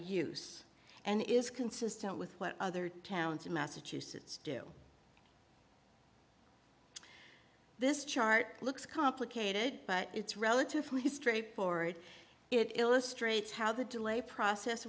use and is consistent with what other towns in massachusetts do this chart looks complicated but it's relatively straightforward it illustrates how the delay process